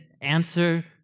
answer